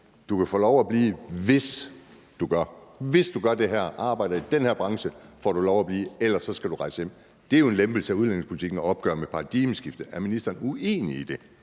du gør det her. Hvis du gør det her arbejde i den her branche, får du lov at blive, ellers skal du rejse hjem. Det er jo en lempelse af udlændingepolitikken og et opgør med paradigmeskiftet. Er ministeren uenig i det?